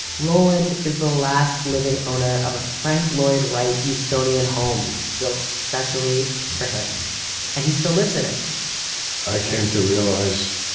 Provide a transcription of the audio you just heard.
roland is the last living owner of a frank lloyd wright usonian home built specially for him and he still lives in it i came to realize,